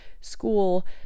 school